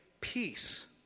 peace